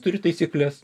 turi taisykles